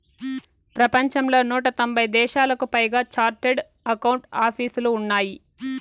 ప్రపంచంలో నూట తొంభై దేశాలకు పైగా చార్టెడ్ అకౌంట్ ఆపీసులు ఉన్నాయి